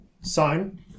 sign